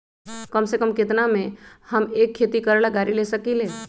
कम से कम केतना में हम एक खेती करेला गाड़ी ले सकींले?